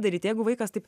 daryt jeigu vaikas taip